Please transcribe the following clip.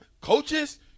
Coaches